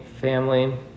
family